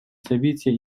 события